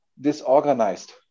disorganized